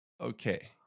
Okay